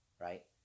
right